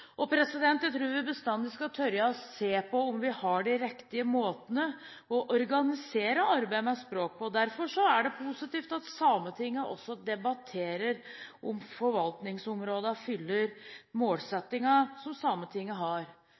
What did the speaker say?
i forvaltningsområdet. Jeg tror vi bestandig skal tørre å se på om vi har de riktige måtene å organisere arbeidet med språk på. Derfor er det positivt at Sametinget også debatterer om forvaltningsområdene fyller målsettingene som Sametinget har.